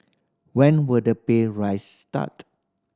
when will the pay raise start